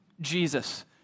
Jesus